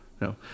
No